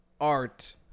art